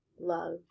love